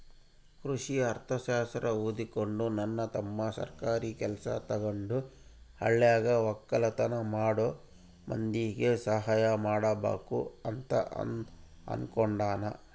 ಕೃಷಿ ಅರ್ಥಶಾಸ್ತ್ರ ಓದಿಕೊಂಡು ನನ್ನ ತಮ್ಮ ಸರ್ಕಾರಿ ಕೆಲ್ಸ ತಗಂಡು ಹಳ್ಳಿಗ ವಕ್ಕಲತನ ಮಾಡೋ ಮಂದಿಗೆ ಸಹಾಯ ಮಾಡಬಕು ಅಂತ ಅನ್ನುಕೊಂಡನ